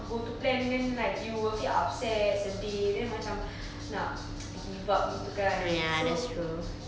go to plan then like you will feel upset something then macam nak give up gitu kan so